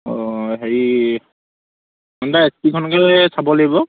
অঁ হেৰি হণ্ডাই এছ পিখনকে চাব লাগিব